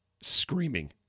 screaming